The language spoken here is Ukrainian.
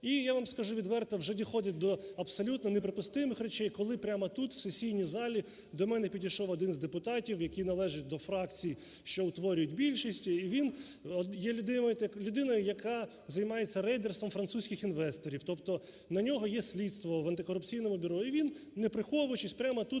І я вам скажу відверто, вже доходить до абсолютно неприпустимих речей, коли прямо тут, у сесійні залі, до мене підійшов один з депутатів, який належить до фракції, що утворюють більшість, і він є людина, яка займається рейдерством французьких інвесторів, тобто на нього є слідство в Антикорупційному бюро, і він, не приховуючись, прямо тут,